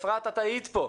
אפרת, את היית כאן